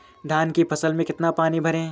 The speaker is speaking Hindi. धान की फसल में कितना पानी भरें?